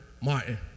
Martin